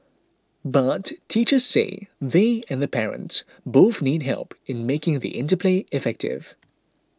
but teachers say they and the parents both need help in making the interplay effective